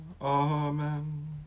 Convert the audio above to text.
Amen